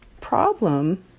problem